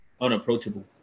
unapproachable